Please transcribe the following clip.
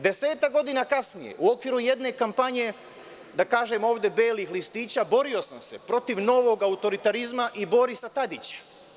Desetak godina kasnije, u okviru jedne kampanje, da kažem ovde belih listića, borio sam se protiv novog autoritarizma i Borisa Tadića.